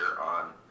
on